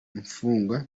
infungwa